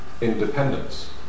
independence